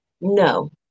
No